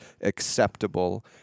acceptable